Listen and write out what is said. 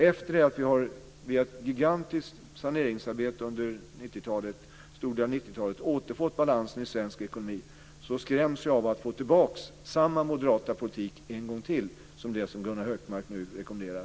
Efter det att vi via ett gigantiskt saneringsarbete under en stor del av 90-talet har återfått balansen i svensk ekonomi skräms jag av tanken på att få tillbaka samma moderata politik som Gunnar Hökmark nu än en gång rekommenderar.